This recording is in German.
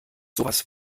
sowas